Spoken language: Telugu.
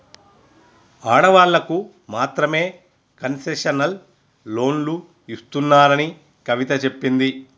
ఆడవాళ్ళకు మాత్రమే కన్సెషనల్ లోన్లు ఇస్తున్నారని కవిత చెప్పింది